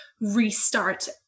restart